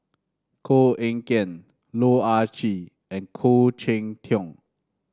Koh Eng Kian Loh Ah Chee and Khoo Cheng Tiong